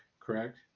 correct